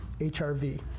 HRV